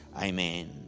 Amen